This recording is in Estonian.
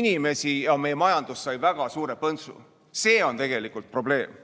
inimesi ja meie majandus sai väga suure põntsu. See on tegelikult probleem.